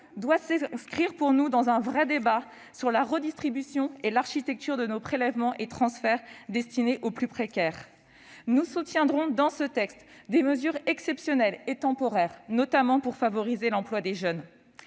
nous s'inscrire dans un vrai débat sur la redistribution et l'architecture de nos prélèvements et transferts destinés aux plus précaires. Nous soutiendrons, dans le cadre de ce texte, des mesures exceptionnelles et temporaires, pour favoriser l'emploi des jeunes